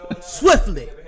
swiftly